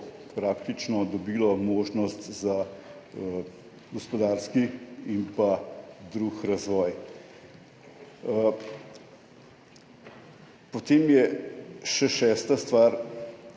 praktično dobilo možnost za gospodarski in drug razvoj. Potem je še šesta stvar,